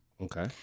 Okay